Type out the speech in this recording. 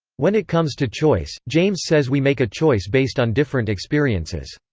when it comes to choice, james says we make a choice based on different experiences.